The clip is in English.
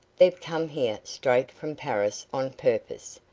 they've come here straight from paris on purpose,